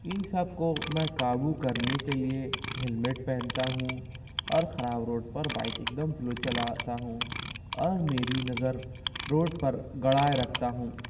ان سب کو میں قابو کرنے کے لیے ہیلمٹ پہنتا ہوں اور خراب روڈ پر بائک ایک دم سلو چلاتا ہوں اور میری نظر روڈ پر گڑائے رکھتا ہوں